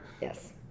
Yes